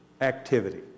activity